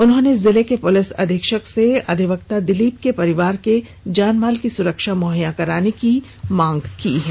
उन्होंने जिले के पुलिस अधीक्षक से अधिवक्ता दिलीप के परिवार के जानमाल की सुरक्षा मुहैया कराने की मांग की है